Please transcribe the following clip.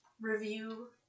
review